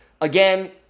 again